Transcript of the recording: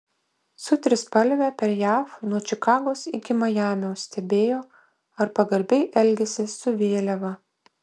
su trispalve per jav nuo čikagos iki majamio stebėjo ar pagarbiai elgiasi su vėliava